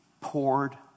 poured